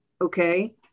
Okay